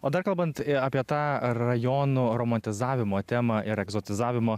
o dar kalbant apie tą rajonų romantizavimo temą ir egzotizavimo